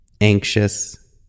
anxious